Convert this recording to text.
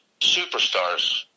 superstars